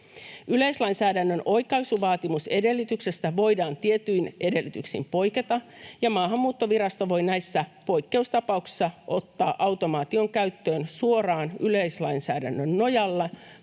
Yleislainsäädännön oikaisuvaatimusedellytyksestä voidaan tietyin edellytyksin poiketa, ja Maahanmuuttovirasto voi näissä poikkeustapauksissa ottaa automaation käyttöön suoraan yleislainsäädännön nojalla,